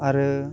आरो